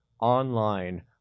online